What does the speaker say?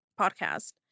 podcast